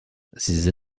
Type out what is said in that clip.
sie